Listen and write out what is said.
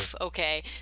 okay